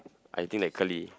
I think like curly